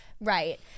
Right